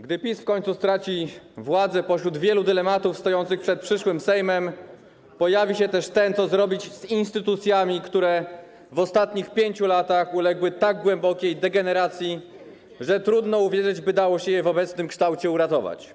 Gdy PiS w końcu straci władzę, pośród wielu dylematów stojących przed przyszłym Sejmem pojawi się też ten, co zrobić z instytucjami, które w ostatnich 5 latach uległy tak głębokiej degeneracji, że trudno uwierzyć, by dało się je w obecnym kształcie uratować.